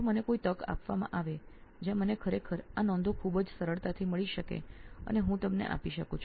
જો મને એવી તક મળે કે મને ખરેખર આ નોંધો ખૂબ જ સરળતાથી મળી શકે અને હું આપને આપી શકું